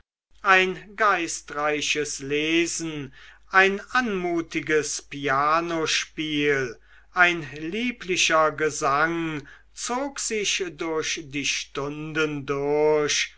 ein geistreiches lesen ein anmutiges pianospiel ein lieblicher gesang zog sich durch die stunden durch